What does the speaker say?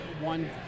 one